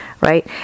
right